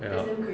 ya